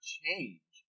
change